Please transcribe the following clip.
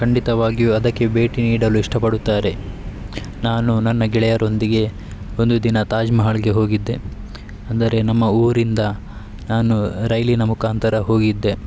ಖಂಡಿತವಾಗಿಯೂ ಅದಕ್ಕೆ ಭೇಟಿ ನೀಡಲು ಇಷ್ಟಪಡುತ್ತಾರೆ ನಾನು ನನ್ನ ಗೆಳೆಯರೊಂದಿಗೆ ಒಂದು ದಿನ ತಾಜ್ ಮಹಲ್ಗೆ ಹೋಗಿದ್ದೆ ಅಂದರೆ ನಮ್ಮ ಊರಿಂದ ನಾನು ರೈಲಿನ ಮುಖಾಂತರ ಹೋಗಿದ್ದೆ